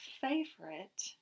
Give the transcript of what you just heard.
favorite